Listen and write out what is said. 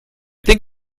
think